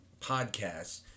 podcasts